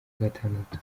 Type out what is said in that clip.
gatandatu